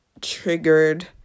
triggered